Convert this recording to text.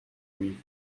lui